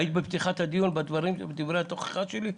היית בפתיחת הדיון, בדברי התוכחה שלי?